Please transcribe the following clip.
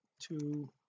two